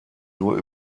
nur